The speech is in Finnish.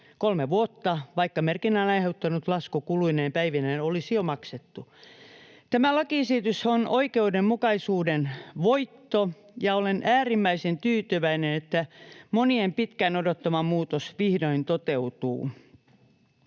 kolme vuotta, vaikka merkinnän aiheuttanut lasku kuluineen päivineen olisi jo maksettu. Tämä lakiesitys on oikeudenmukaisuuden voitto, ja olen äärimmäisen tyytyväinen, että monien pitkään odottama muutos vihdoin toteutuu.